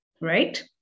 right